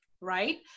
right